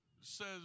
says